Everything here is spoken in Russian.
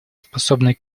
способный